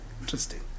interesting